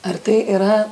ar tai yra